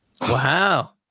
wow